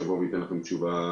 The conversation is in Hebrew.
שיבוא וייתן לכם תשובה